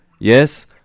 Yes